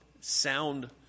sound